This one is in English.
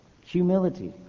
Humility